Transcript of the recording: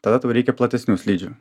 tada tau reikia platesnių slidžių